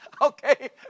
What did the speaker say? Okay